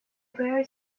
very